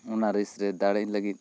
ᱚᱱᱟ ᱨᱮᱥ ᱨᱮ ᱫᱟᱲᱮ ᱞᱟᱹᱜᱤᱫ